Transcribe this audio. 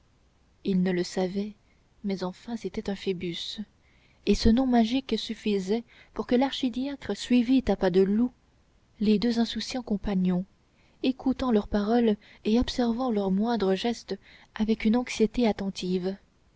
il ne le savait mais enfin c'était un phoebus et ce nom magique suffisait pour que l'archidiacre suivît à pas de loup les deux insouciants compagnons écoutant leurs paroles et observant leurs moindres gestes avec une anxiété attentive